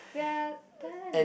we're done